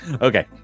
Okay